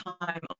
time